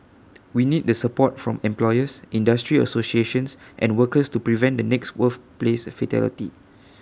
we need the support from employers industry associations and workers to prevent the next workplace fatality